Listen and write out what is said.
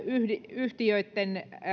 yhtiöitten kevään